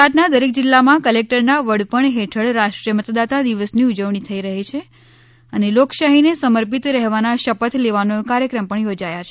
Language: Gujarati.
ગુજરાતના દરેક જિલ્લામાં કલેક્ટરના વડપણ હેઠળ રાષ્ટ્રીય મતદાતા દિવસની ઉજવણી થઈ રહે છે અને લોકશાહી ને સમર્પિત રહેવાના શપથ લેવાનો કાર્યક્રમ પણ યોજાયા છે